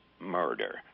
murder